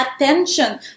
attention